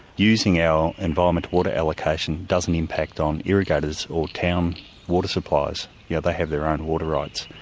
using our environmental water allocation doesn't impact on irrigators or town water supplies, yeah they have their own water rights,